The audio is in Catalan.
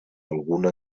alguna